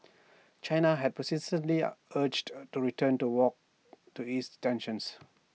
China had persistently urged A return to walks to ease tensions